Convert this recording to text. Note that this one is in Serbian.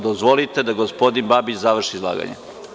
Dozvolite da gospodin Babić završi izlaganje.